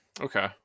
okay